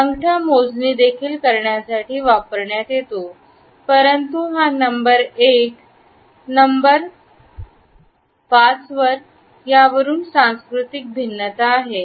अंगठा मोजणी देखील करण्यासाठी वापरण्यात येतो परंतु हा नंबर एक नंबर वर आहे कि नंबर 5 वर यावरून सांस्कृतिक भिन्नता आहेत